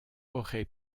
jorge